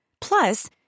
Plus